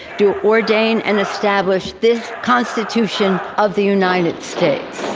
do ordain and establish this constitution of the united states